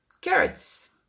carrots